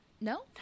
no